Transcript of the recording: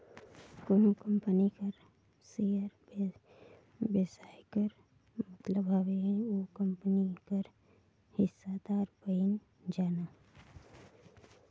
कोनो कंपनी कर सेयर बेसाए कर मतलब हवे ओ कंपनी कर हिस्सादार बइन जाना